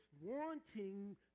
wanting